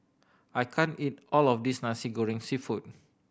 I can't eat all of this Nasi Goreng Seafood